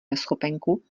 neschopenku